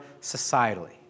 societally